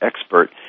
expert